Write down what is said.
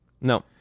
No